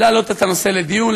להעלות את הנושא לדיון,